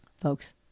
Folks